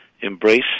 embrace